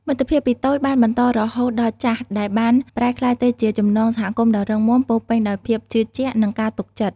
មិត្តភាពពីតូចបានបន្តរហូតដល់ចាស់ដែលបានប្រែក្លាយទៅជាចំណងសហគមន៍ដ៏រឹងមាំពោរពេញដោយភាពជឿជាក់និងការទុកចិត្ត។